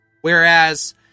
Whereas